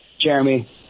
Jeremy